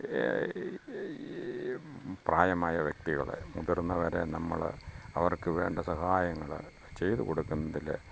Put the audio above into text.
ഈ പ്രായമായ വ്യക്തികള് മുതിർന്നവരെ നമ്മള് അവർക്ക് വേണ്ട സഹായങ്ങള് ചെയ്തു കൊടുക്കുന്നതില്